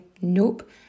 nope